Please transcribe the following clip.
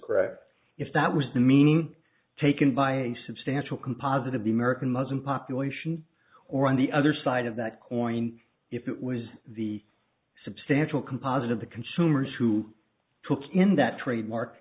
correct if that was the meaning taken by a substantial composite of the american muslim population or on the other side of that coin if it was the substantial composite of the consumers who took in that trademark